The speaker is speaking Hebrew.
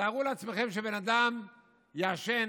תארו לעצמכם שבן אדם יעשן